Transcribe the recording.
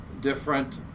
different